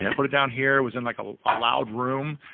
yeah put it down here, was in like a ah loud room,